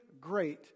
great